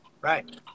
Right